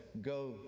go